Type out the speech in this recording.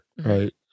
Right